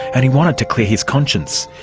and he wanted to clear his conscience.